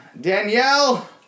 Danielle